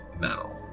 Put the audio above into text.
metal